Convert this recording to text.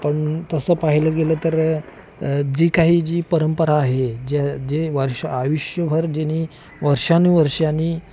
पण तसं पाहिलं गेलं तर जी काही जी परंपरा आहे जे जे वर्ष आयुष्यभर ज्यांनी वर्षानुवर्षांनी